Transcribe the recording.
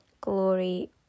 Glory